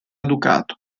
ducato